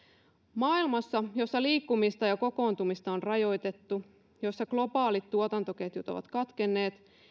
maailmassa jossa liikkumista ja kokoontumista on rajoitettu jossa globaalit tuotantoketjut ovat katkenneet